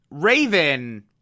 Raven